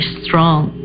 strong